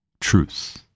truth